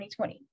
2020